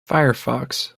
firefox